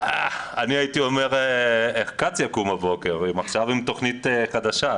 אני הייתי אומר איך כץ יקום בבוקר ואם עכשיו עם תוכנית חדשה.